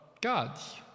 God's